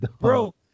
bro